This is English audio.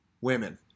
women